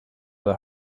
the